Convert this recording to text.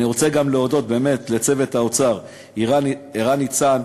אני רוצה להודות גם לצוות האוצר: ערן ניצן,